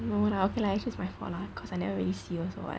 no lah okay lah okay lah it's actually my fault lah cause I never really see also [what]